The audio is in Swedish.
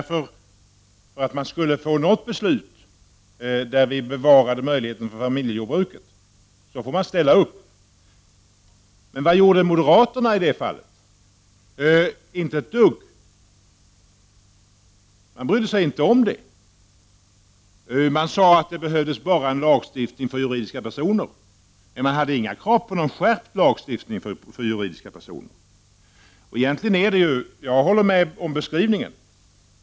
För att vi skulle få till stånd ett beslut av något slag där möjligheterna för familjejordbruk bevarades fick vi lov att ställa upp. Men vad gjorde moderaterna i det fallet? Inte ett dugg! Man brydde sig inte om detta och sade att det bara behövdes en lagstiftning för juridiska personer. Moderaterna hade dock inte något krav på skärpning av lagstiftningen för juridiska personer. Jag instämmer i Hans Daus beskrivning.